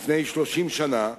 לפני 30 שנה,